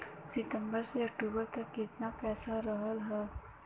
सितंबर से अक्टूबर तक कितना पैसा रहल ह?